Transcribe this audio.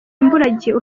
imburagihe